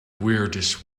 weirdest